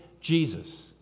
Jesus